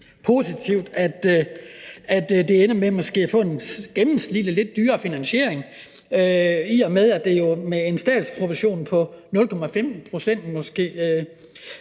positivt, at det måske ender med en gennemsnitligt lidt dyrere finansiering, i og med at en statsprovision på 0,15 pct. måske